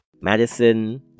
Madison